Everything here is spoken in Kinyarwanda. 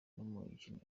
n’umukinnyi